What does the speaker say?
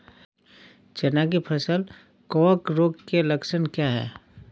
चना की फसल कवक रोग के लक्षण क्या है?